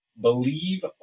Believe